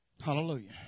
Hallelujah